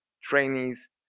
trainees